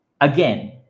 again